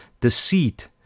deceit